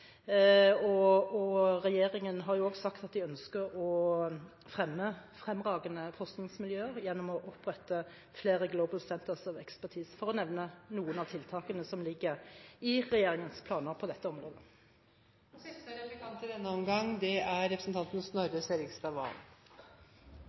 innen 2030. Regjeringen har også sagt at den ønsker å fremme fremragende forskningsmiljøer gjennom å opprette flere Global Centres of Expertise, for å nevne noen av tiltakene som ligger i regjeringens planer på dette området. Jeg har merket meg at en frase Høyre, både representanten Meling nå og representanten Flåtten tidligere, ofte bruker, er